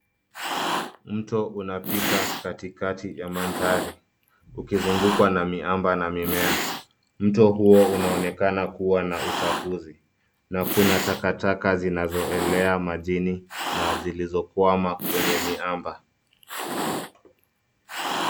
Mto unapita katikati ya mandhari, ukizungukwa na miamba na mimea. Mto huo unaonekana kuwa na uchafuzi na kuna takataka zinazoelea majini na zilizokwama kwenye miamba.